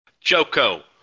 Joko